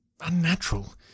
unnatural